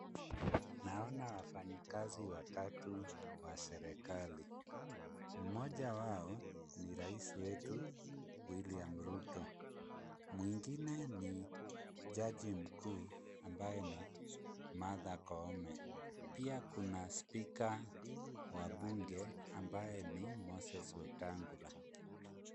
Naona wafanyikazi watatu wa serikali. Mmoja wao ni rais wetu, William Ruto, mwingine ni jaji mkuu, ambaye ni Martha Koome. Pia kuna spika wa bunge, ambaye ni Moses Wetangula.